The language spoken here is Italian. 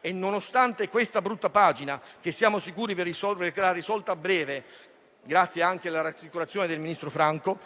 e nonostante questa brutta pagina, che siamo sicuri verrà risolta a breve grazie anche alla rassicurazione del ministro Franco,